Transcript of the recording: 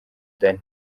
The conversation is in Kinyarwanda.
danny